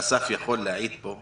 ואסף יכול להעיד פה,